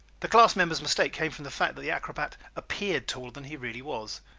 the class member's mistake came from the fact that the acrobat appeared taller than he really was.